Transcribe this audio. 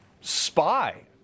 spy